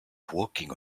walking